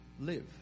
live